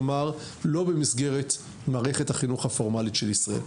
כלומר, לא במסגרת מערכת החינוך הפורמלית של ישראל?